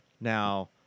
now